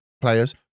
players